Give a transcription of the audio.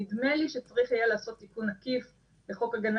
נדמה לי שצריך יהיה לעשות תיקון עקיף לחוק הגנה